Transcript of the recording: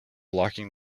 blocking